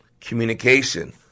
communication